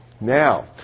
Now